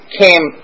came